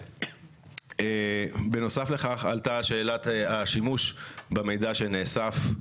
בנוסף, עלתה שאלת השימוש במידע שנאסף.